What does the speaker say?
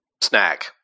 snack